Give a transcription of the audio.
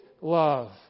love